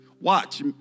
Watch